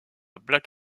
black